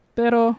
pero